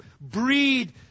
breed